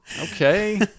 okay